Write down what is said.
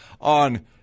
on